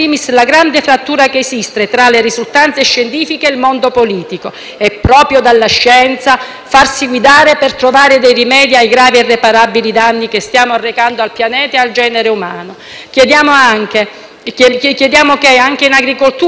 farsi guidare per trovare dei rimedi ai gravi ed irreparabili danni che stiamo arrecando al pianeta e al genere umano. Chiediamo che anche in agricoltura si proceda nella direzione di arrivare alla modifica di tutte quelle pratiche che attualmente favoriscono,